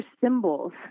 symbols